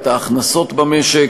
את ההכנסות במשק.